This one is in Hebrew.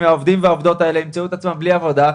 מהעובדים והעובדות ימצאו את עצמם בלי עבודה,